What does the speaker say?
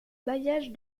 bailliage